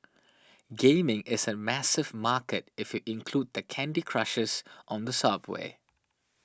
gaming is a massive market if you include the Candy Crushers on the subway